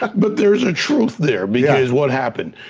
but there's a truth there, because what happened?